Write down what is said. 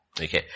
Okay